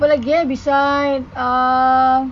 apa lagi eh beside uh